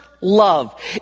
love